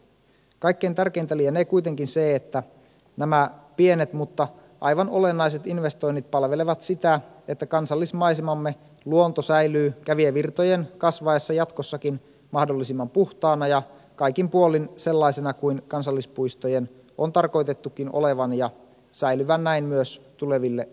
kaikkein tärkeintä lienee kuitenkin se että nämä pienet mutta aivan olennaiset investoinnit palvelevat sitä että kansallismaisemamme luonto säilyy kävijävirtojen kasvaessa jatkossakin mahdollisimman puhtaana ja kaikin puolin sellaisena kuin kansallispuistojen on tarkoitettukin olevan ja säilyvän näin myös tuleville sukupolville